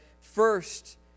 first